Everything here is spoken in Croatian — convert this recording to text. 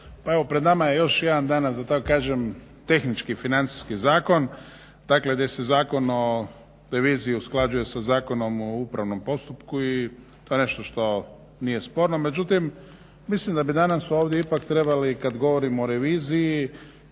Pa evo pred nama je još jedan danas da tako kažem tehnički financijski zakon, dakle gdje se Zakon o reviziji usklađuje sa Zakonom o upravnom postupku i to je nešto što nije sporno. Međutim, mislim da bi danas ovdje ipak trebali kad govorimo o reviziji